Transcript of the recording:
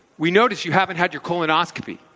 we notice you haven't had your colonoscopy.